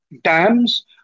Dams